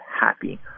happy